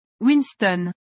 Winston